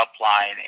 upline